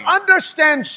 understand